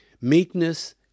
Meekness